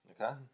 Okay